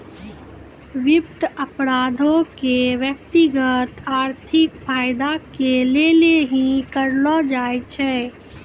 वित्त अपराधो के व्यक्तिगत आर्थिक फायदा के लेली ही करलो जाय छै